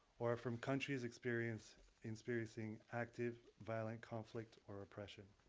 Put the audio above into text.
or from countries experiencing experiencing active violent conflict or oppression.